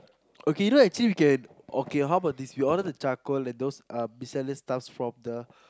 okay you know actually we can okay how about this we order the charcoal and those the miscellaneous stuff from the